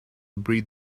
breed